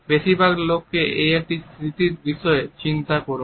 বেশিরভাগ লোককে এমন একটি স্মৃতির বিষয়ে জিজ্ঞাসা করুন